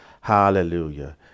hallelujah